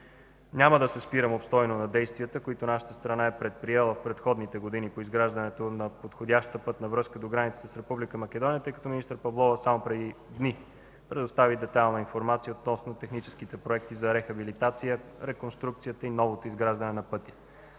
Няма да се спирам обстойно на действията, които нашата страна е предприела в предходните години по изграждането на подходяща пътна връзка до границата с Република Македония, тъй като министър Павлова само преди дни предостави детайлна информация относно техническите проекти за рехабилитация, реконструкция и новото изграждане на пътя.